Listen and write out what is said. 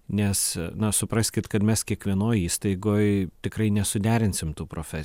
nes na supraskit kad mes kiekvienoj įstaigoj tikrai nesuderinsim tų profes